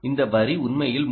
இந்த வரி உண்மையில் 3